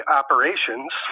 operations